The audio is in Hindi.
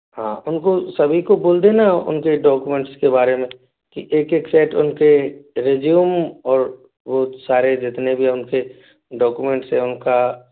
हाँ उनको सभी को बोल देना उनके डॉक्यूमेंट्स के बारे में कि एक एक सेट उनके रेज्यूम और वो सारे जितने भी उनके डॉक्यूमेंट्स है उनका